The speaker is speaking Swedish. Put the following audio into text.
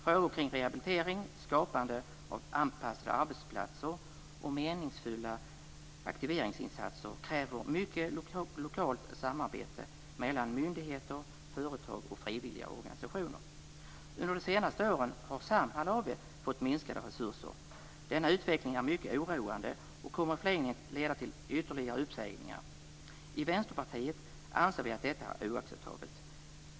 Frågor kring rehabilitering, skapande av anpassade arbetsplatser och meningsfulla aktiveringsinsatser kräver mycket lokalt samarbete mellan myndigheter, företag och frivilliga organisationer. Under de senaste åren har Samhall AB fått minskade resurser. Denna utveckling är mycket oroande och kommer i förlängningen att leda till ytterligare uppsägningar. I Vänsterpartiet anser vi att detta är oacceptabelt.